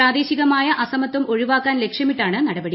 പ്രദേശികമായ അസമത്വം ഒഴിവാക്കാൻ ലക്ഷ്യമിട്ടാണ് നടപടി